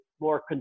more